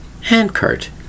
Handcart